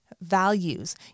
values